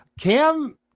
Cam